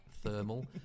thermal